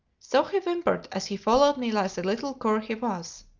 so he whimpered as he followed me like the little cur he was.